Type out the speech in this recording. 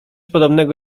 podobnego